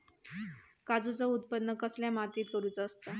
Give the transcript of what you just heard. काजूचा उत्त्पन कसल्या मातीत करुचा असता?